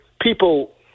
people